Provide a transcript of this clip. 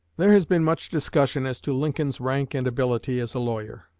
there has been much discussion as to lincoln's rank and ability as a lawyer.